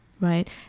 right